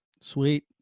Sweet